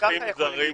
אזרחים זרים,